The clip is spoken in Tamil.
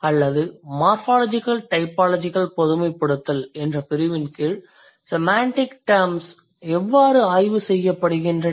அல்லது மார்ஃபாலஜிகல் டைபாலஜிகல் பொதுமைப்படுத்தல் என்ற பிரிவின்கீழ் செமாண்டிக் டெர்ம்ஸ் எவ்வாறு ஆய்வு செய்யப்படுகின்றன